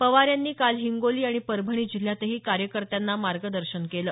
पवार यांनी काल हिंगोली आणि परभणी जिल्ह्यातही कार्यकर्त्यांना मार्गदर्शन केलं